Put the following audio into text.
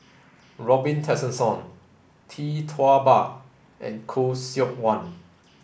Robin Tessensohn Tee Tua Ba and Khoo Seok Wan